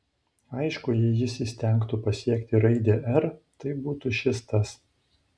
aišku jei jis įstengtų pasiekti raidę r tai būtų šis tas